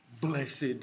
blessed